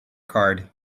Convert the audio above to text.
card